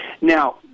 Now